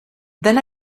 then